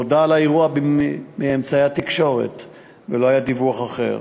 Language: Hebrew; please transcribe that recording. נודע על האירוע מאמצעי התקשורת ולא היה דיווח אחר.